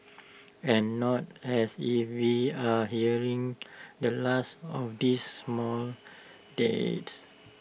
and not as if we are hearing the last of these mall deaths